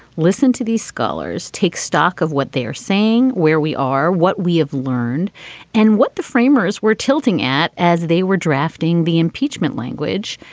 listen to these scholars, take stock of what they are saying, where we are, what we have learned and what the framers were tilting at as they were drafting the impeachment language.